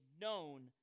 known